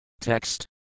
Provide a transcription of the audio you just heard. Text